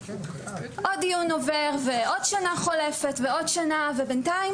עוד דיון עובר ועוד שנה חולפת, ובינתיים